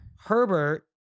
Herbert